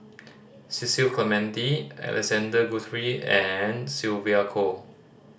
Cecil Clementi Alexander Guthrie and Sylvia Kho